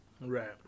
Right